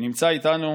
שנמצא איתנו,